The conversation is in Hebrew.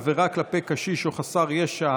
עבירה כלפי קשיש או חסר ישע),